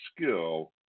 skill